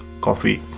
coffee